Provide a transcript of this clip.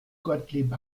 gottlieb